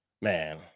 man